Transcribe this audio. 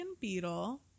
Beetle